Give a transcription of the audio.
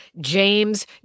James